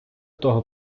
того